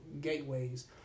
gateways